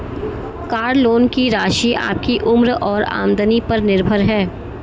car loan की राशि आपकी उम्र और आमदनी पर निर्भर है